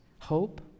Hope